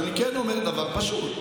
אבל אני כן אומר דבר פשוט: